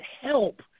help